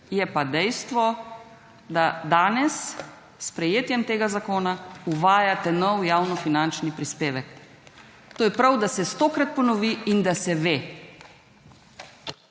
je pa dejstvo, da danes s sprejetjem tega zakona, uvajate nov javno-finančni prispevek. To je prav, da se stokrat ponovi in da se ve.